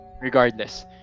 regardless